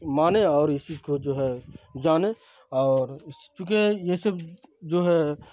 مانیں اور اس چیز کو جو ہے جانیں اور اس چونکہ یہ سب جو ہے